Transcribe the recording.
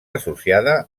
associada